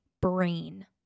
Brain